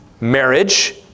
marriage